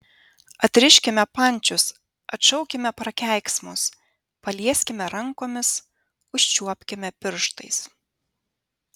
atriškime pančius atšaukime prakeiksmus palieskime rankomis užčiuopkime pirštais